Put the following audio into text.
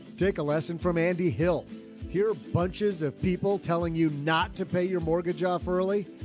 take a lesson from andy hill here, bunches of people telling you not to pay your mortgage off early.